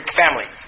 family